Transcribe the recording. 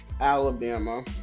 Alabama